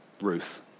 Ruth